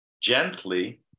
gently